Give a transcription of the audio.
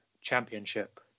championship